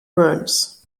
burns